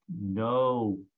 no